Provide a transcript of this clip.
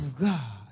God